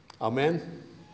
Amen